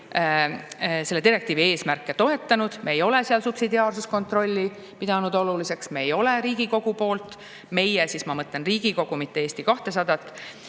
selle direktiivi eesmärke toetanud. Me ei ole subsidiaarsuskontrolli pidanud oluliseks. Me ei ole Riigikogus … Meie all ma mõtlen Riigikogu, mitte Eesti 200-t.